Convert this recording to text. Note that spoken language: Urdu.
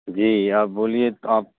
جی آپ بولیے تو آپ